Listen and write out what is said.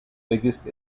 biggest